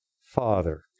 Father